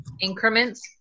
increments